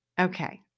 Okay